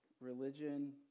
religion